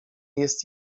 jest